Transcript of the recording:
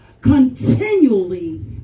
continually